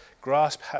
Grasp